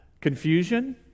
confusion